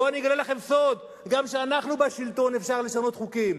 בואו אני אגלה לכם סוד: גם כשאנחנו בשלטון אפשר לשנות חוקים.